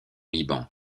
liban